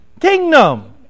Kingdom